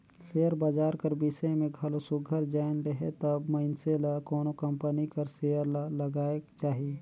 share बजार कर बिसे में घलो सुग्घर जाएन लेहे तब मइनसे ल कोनो कंपनी कर सेयर ल लगाएक चाही